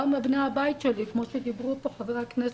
גם בני הבית שלי, כמו שדיברו כאן חברי הכנסת,